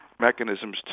mechanisms